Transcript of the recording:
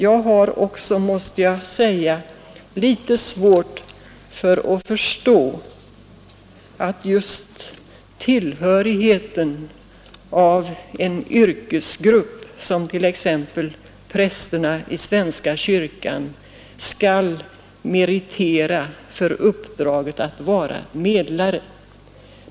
Jag måste också säga att jag har litet svårt att förstå att tillhörigheten till en yrkesgrupp, t.ex. präst i svenska kyrkan, skall meritera för uppdraget att vara medlare.